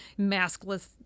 maskless